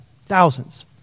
Thousands